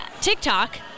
TikTok